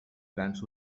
plans